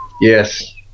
Yes